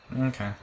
Okay